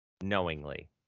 knowingly